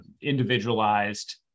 individualized